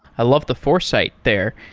i love the foresight there.